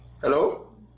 Hello